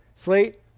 Slate